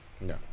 No